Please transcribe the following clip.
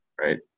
right